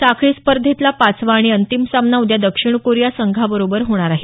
साखळी स्पर्धेतला पाचवा आणि अंतिम सामना उद्या दक्षिण कोरिया संघाबरोबर होणार आहे